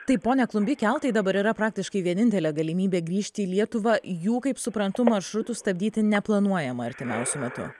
tai pone klumby keltai dabar yra praktiškai vienintelė galimybė grįžti į lietuvą jų kaip suprantu maršrutų stabdyti neplanuojama artimiausiu metu